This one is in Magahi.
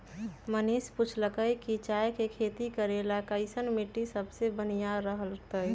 मनीष पूछलकई कि चाय के खेती करे ला कईसन माटी सबसे बनिहा रहतई